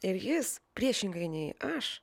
ir jis priešingai nei aš